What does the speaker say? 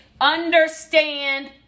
Understand